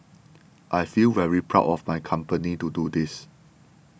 I feel very proud of my company to do this